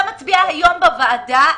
אתה מצביע היום בוועדה,